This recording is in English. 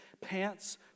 pants